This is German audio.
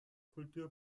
kultur